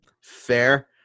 Fair